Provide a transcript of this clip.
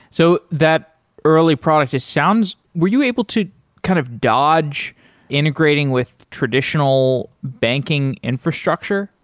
so that early product it sounds were you able to kind of dodge integrating with traditional banking infrastructure?